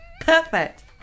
perfect